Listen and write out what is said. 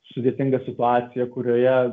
sudėtinga situacija kurioje